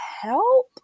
help